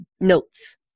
notes